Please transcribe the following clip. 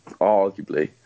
arguably